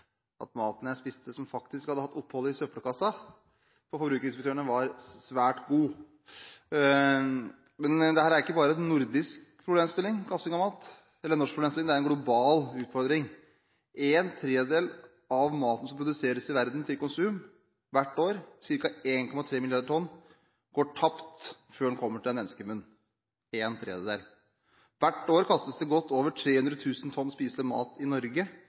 maten jeg spiste hos Forbrukerinspektørene, som faktisk hadde hatt et opphold i søppelkassen, var svært god. Kasting av mat er ikke bare en norsk eller nordisk problemstilling, det er en global utfordring. En tredjedel av maten som produseres i verden til konsum hvert år, ca. 1,3 milliarder tonn, går tapt før den kommer til en menneskemunn – en tredjedel! Hvert år kastes det godt over 300 000 tonn spiselig mat i Norge,